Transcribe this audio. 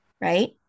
Right